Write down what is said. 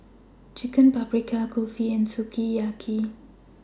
Chicken Paprikas Kulfi and Sukiyaki